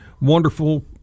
wonderful